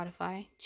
Spotify